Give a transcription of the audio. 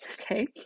okay